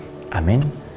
Amen